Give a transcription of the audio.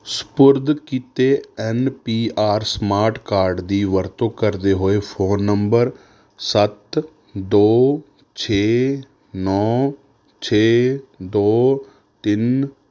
ਸਪੁਰਦ ਕੀਤੇ N P R smart card ਦੀ ਵਰਤੋਂ ਕਰਦੇ ਹੋਏ ਫ਼ੋਨ ਨੰਬਰ ਸੱਤ ਦੋ ਛੇ ਨੌ ਛੇ ਦੋ ਤਿੰਨ